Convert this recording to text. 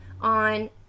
on